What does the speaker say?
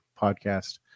podcast